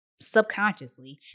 subconsciously